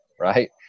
right